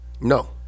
No